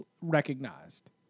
recognized